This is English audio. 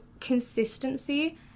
consistency